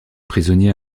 prisonnier